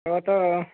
తరువాత